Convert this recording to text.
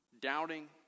doubting